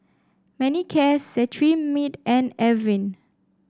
Manicare Cetrimide and Avene